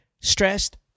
stressed